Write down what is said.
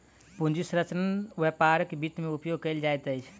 पूंजी संरचना व्यापारक वित्त में उपयोग कयल जाइत अछि